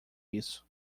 isso